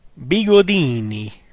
bigodini